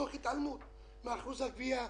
תוך התעלמות משיעור הגבייה,